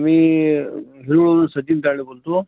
मी भिळूळवरून सचिन तायडे बोलतो